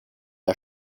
der